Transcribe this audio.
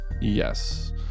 Yes